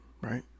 right